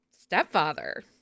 stepfather